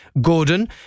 gordon